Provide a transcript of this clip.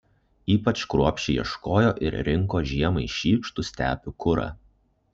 ypač kruopščiai ieškojo ir rinko žiemai šykštų stepių kurą